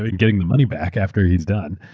ah and getting the money back after he's done.